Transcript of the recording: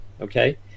Okay